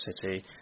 city